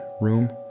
room